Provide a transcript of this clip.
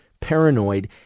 paranoid